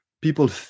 people